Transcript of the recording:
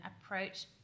approach